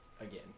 Again